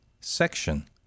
Section